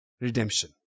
redemption